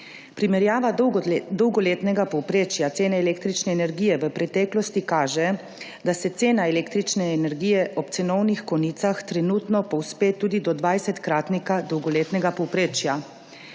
Primerjava dolgoletnega povprečja cene električne energije v preteklosti kaže, da se cena električne energije ob cenovnih konicah trenutno povzpne tudi do dvajsetkratnika dolgoletnega povprečja.